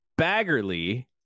Baggerly